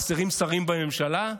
חסרים שרים בממשלה?